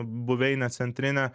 buveinė centrinė